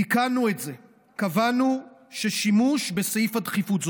תיקנו את זה וקבענו ששימוש בסעיף הדחיפות,